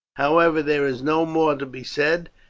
however, there is no more to be said,